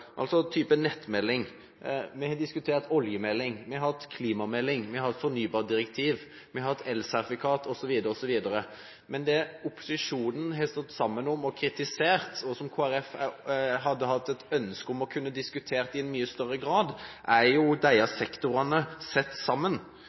nettmelding. Vi har diskutert oljemelding, vi har hatt klimamelding, fornybardirektiv, elsertifikat osv. Men det opposisjonen har stått sammen om og kritisert, og som Kristelig Folkeparti har hatt et ønske om å kunne diskutere i mye større grad, er jo